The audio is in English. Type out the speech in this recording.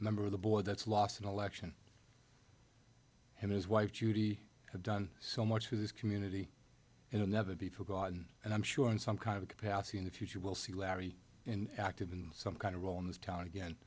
member of the board that's lost an election his wife judy have done so much for this community and never be forgotten and i'm sure in some kind of a capacity in the future we'll see larry in active in some kind of role in this town again